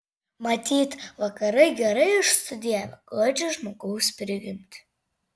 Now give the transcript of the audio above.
matyt vakarai gerai išstudijavę godžią žmogaus prigimtį